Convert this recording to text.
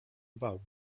bał